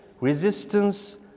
resistance